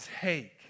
take